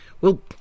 Well